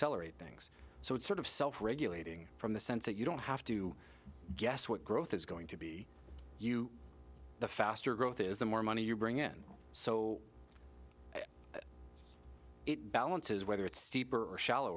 accelerate things so it sort of self regulating from the sense that you don't have to guess what growth is going to be you the faster growth is the more money you bring in so balances whether it's steeper or shallow